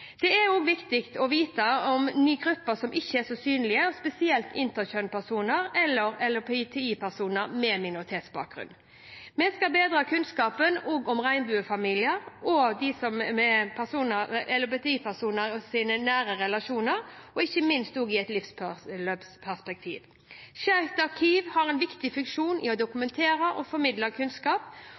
Det er viktig at vi får vite mer om grupper som ikke er så synlige, spesielt interkjønn-personer eller LHBTI-personer med minoritetsbakgrunn. Vi skal bedre kunnskapen om regnbuefamilier og LHBTI-personers nære relasjoner, ikke minst i et livsløpsperspektiv. Skeivt arkiv har en viktig funksjon i å dokumentere og formidle kunnskap